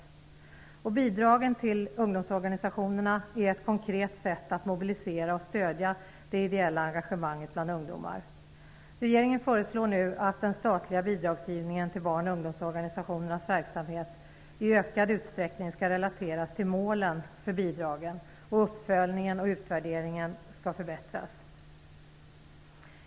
Att ge bidrag till ungdomsorganisationerna är ett konkret sätt att mobilisera och stödja det ideella engagemanget bland ungdomar. Regeringen föreslår nu att den statliga bidragsgivningen till barn och ungdomsorganisationernas verksamhet i ökad utsträckning skall relateras till målen för bidragen och att uppföljningen och utvärderingen skall förbättras.